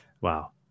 Wow